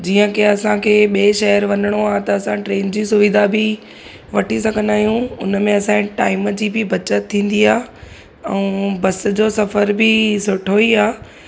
जीअं की असांखे ॿिए शहरु वञिणो आहे त असां ट्रेन जी सुविधा बि वठी सघंदा आहियूं उनमें असांजे टाइम जी बि बचत थींदी आहे ऐं बस जो सफ़र बि सुठो ई आहे